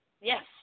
Yes